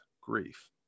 grief